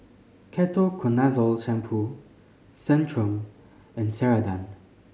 Ketoconazole Shampoo Centrum and Ceradan